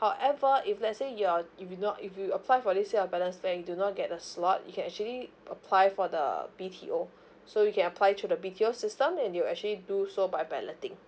however if let's say you are if you not if you apply for this sale of balance flat you do not get a slot you can actually apply for the B_T_O so you can apply to the B_T_O system and they will actually do so by balloting